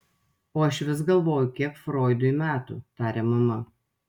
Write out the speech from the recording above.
o aš vis galvoju kiek froidui metų tarė mama